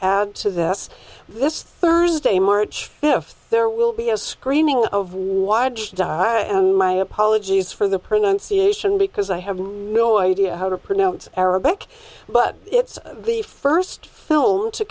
add to this this thursday march fifth there will be a screening of die and my apologies for the pronunciation because i have no idea how to pronounce arabic but it's the first film to